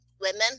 women